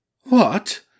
What